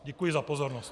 Děkuji za pozornost.